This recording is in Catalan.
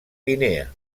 guinea